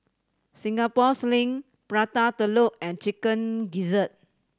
Singapore Sling Prata Telur and Chicken Gizzard